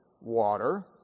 water